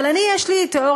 אבל לי יש תיאוריה,